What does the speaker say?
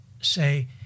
say